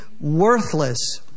worthless